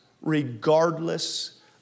regardless